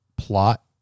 plot